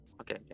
Okay